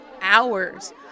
hours